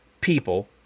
people